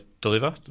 deliver